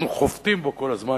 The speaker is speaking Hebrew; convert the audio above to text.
אנחנו חובטים בו כל הזמן.